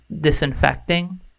disinfecting